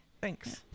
Thanks